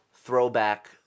Throwback